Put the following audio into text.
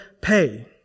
pay